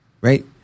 right